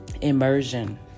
immersion